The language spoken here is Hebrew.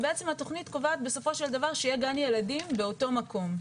ובעצם התכנית קובעת בסופו של דבר שיהיה גן ילדים באותו מקום.